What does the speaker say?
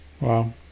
Wow